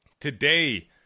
Today